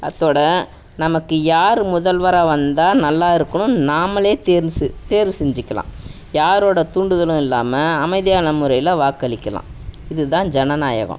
அத்தோடு நமக்கு யார் முதல்வராக வந்தால் நல்லா இருக்கும்னு நாமளே தேர்வு தேர்வு செஞ்சுக்கலாம் யாரோடய தூண்டுதலும் இல்லாமல் அமைதியான முறையில் வாக்களிக்கலாம் இதுதான் ஜனநாயகம்